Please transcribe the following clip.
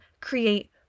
create